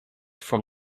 from